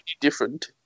different